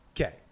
Okay